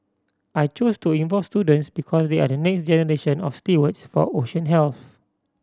I chose to involve students because they are the next generation of stewards for ocean health